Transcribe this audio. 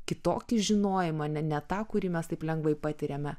kitokį žinojimą ne ne tą kurį mes taip lengvai patiriame